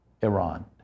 Iran